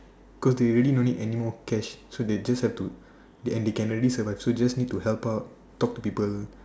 cause they already don't need any more cash so they just have to and they can already survive so just need to help out talk to people